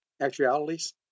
actualities